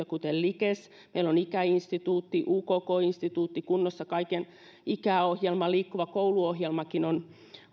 kuten likes meillä on ikäinstituutti ukk instituutti kunnossa kaiken ikää ohjelma liikkuva koulu ohjelmakin on